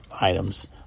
items